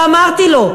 ואמרתי לו,